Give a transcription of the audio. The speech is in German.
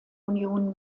union